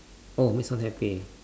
oh make someone happy